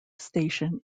station